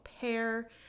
pair